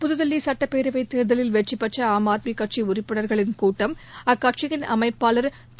புதுதில்லி சட்டப்பேரவை தேர்தலில் வெற்றி பெற்ற ஆம் ஆத்மி கட்சி உறுப்பினர்களின் கூட்டம் அக்கட்சியின் அமைப்பாளர் திரு